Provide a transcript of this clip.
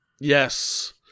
Yes